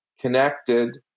connected